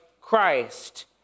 Christ